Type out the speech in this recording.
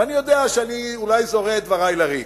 ואני יודע שאני אולי זורה את דברי לריק.